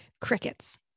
crickets